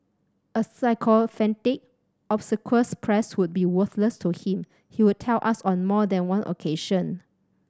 a sycophantic obsequious press would be worthless to him he would tell us on more than one occasion